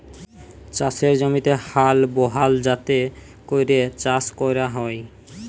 চাষের জমিতে হাল বহাল যাতে ক্যরে চাষ ক্যরা হ্যয়